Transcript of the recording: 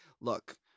look